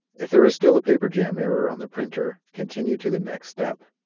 if there is still a paper jam error on the printer, continue to the next step.